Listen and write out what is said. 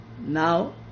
now